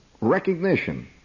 recognition